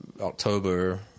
october